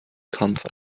comfort